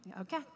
Okay